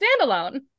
standalone